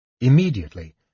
Immediately